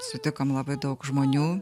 sutikom labai daug žmonių